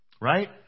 right